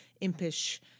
impish